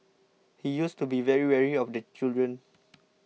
he used to be very wary of the children